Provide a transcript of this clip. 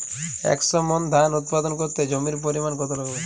একশো মন ধান উৎপাদন করতে জমির পরিমাণ কত লাগবে?